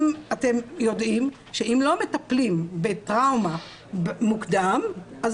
אתם יודעים שאם לא מטפלים בטראומה מוקדם אז